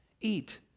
eat